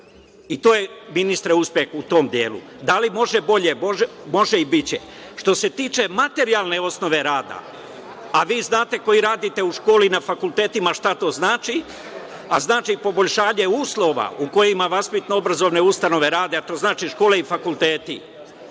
I to je, ministre, uspeh u tom delu. Da li može bolje? Može i biće. Što se tiče materijalne osnove rada, a vi znate koji radite u školi i na fakultetima šta to znači, a znači poboljšanje uslova u kojima vaspitno-obrazovne ustanove rade, a to znači škole i fakulteti. Ja